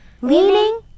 Leaning